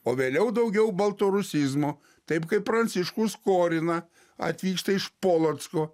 o vėliau daugiau baltarusizmų taip kaip pranciškų skoriną atvyksta iš polocko